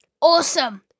Awesome